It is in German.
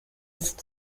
ist